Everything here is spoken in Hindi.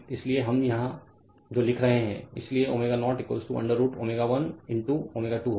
इसलिए हम जो यहां लिख रहे हैं इसलिए ω0 √ ω 1 ईंटो ω2 होगा